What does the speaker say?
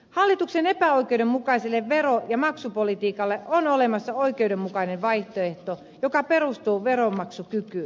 hallituksen epäoikeudenmukaiselle vero ja maksupolitiikalle on olemassa oikeudenmukainen vaihtoehto joka perustuu veronmaksukykyyn